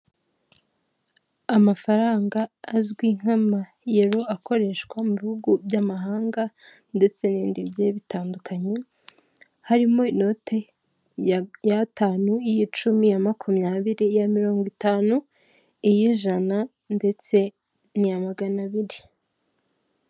Amafaranga azwi nk'amayero akoreshwa mu bihugu by'amahanga ndetse n'ibindi bigiye bitandukanye, harimo inote y'atanu, iy'icumi, iya makumyabiri, iya mirongo itanu, iy'ijana ndetse n'iya magana abiri.